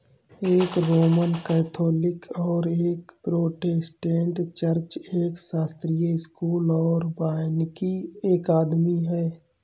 एक Roman Catholic और एक प्रोटेस्टेंट चर्च, एक शास्त्रीय स्कूल और वानिकी अकादमी है